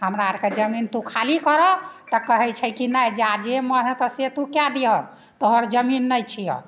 हमरा आरके जमीन तु खाली करऽ तऽ कहै छै कि नहि जा जे मन हेतऽ से तु कए दिहऽ तोहर जमीन नहि छिअ